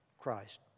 Christ